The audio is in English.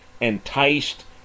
enticed